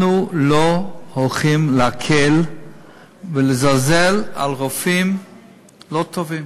אנחנו לא הולכים להקל על רופאים לא טובים